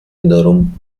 wiederum